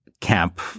camp